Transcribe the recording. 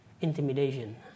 intimidation